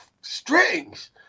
strings